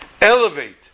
elevate